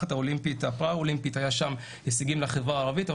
בממשלה במשלחת הפראולימפית היו הישגים לחברה הערבית אבל